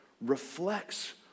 reflects